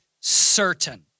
certain